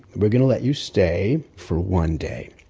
we're going to let you stay, for one day.